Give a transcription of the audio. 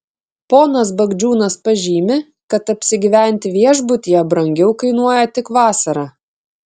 ponas bagdžiūnas pažymi kad apsigyventi viešbutyje brangiau kainuoja tik vasarą